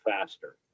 faster